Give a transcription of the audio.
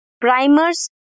Primers